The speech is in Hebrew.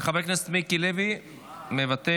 חבר הכנסת מיקי לוי, מוותר,